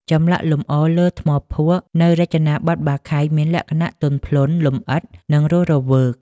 ចម្លាក់លម្អលើថ្មភក់នៅរចនាបថបាខែងមានលក្ខណៈ ទន់ភ្លន់ លម្អិត និងរស់រវើក។